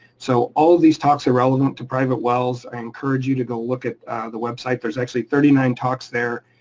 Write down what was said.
so all these talks are relevant to private wells. i encourage you to go look at the website, there's actually thirty nine talks there.